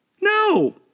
No